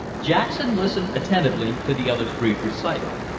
jackson listened attentively to the other's brief recital.